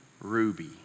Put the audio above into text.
Ruby